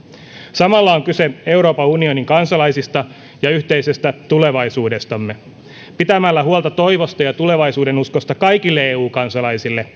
samalla kyse on euroopan unionin kansalaisista ja yhteisestä tulevaisuudestamme pitämällä huolta toivosta ja tulevaisuudenuskosta kaikille eu kansalaisille